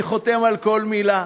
אני חותם על כל מילה.